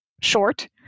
short